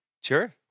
Sure